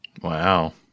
Wow